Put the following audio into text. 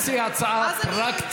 אני מציע לכם הצעה פרקטית.